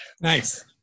Nice